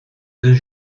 deux